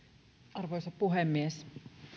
arvoisa puhemies